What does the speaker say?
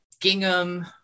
gingham